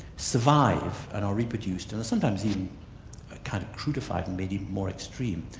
survive and are reproduced and are sometimes even kind of crudified, and made even more extreme,